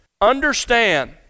Understand